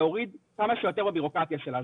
להוריד כמה שיותר בבירוקרטיה שלה.